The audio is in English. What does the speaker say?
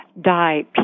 die